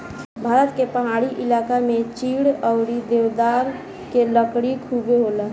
भारत के पहाड़ी इलाका में चीड़ अउरी देवदार के लकड़ी खुबे होला